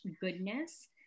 goodness